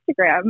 Instagram